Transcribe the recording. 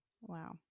Wow